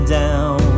down